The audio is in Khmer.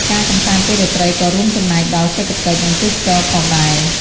ការកម្សាន្តពេលរាត្រីក៏រួមចំណែកដល់ សេដ្ឋកិច្ច និង ទេសចរណ៍ ផងដែរ ។